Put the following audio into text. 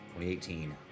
2018